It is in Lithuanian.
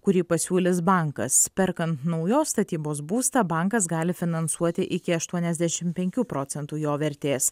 kurį pasiūlys bankas perkan naujos statybos būstą bankas gali finansuoti iki aštuoniasdešim penkių procentų jo vertės